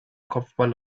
kopfball